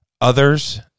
others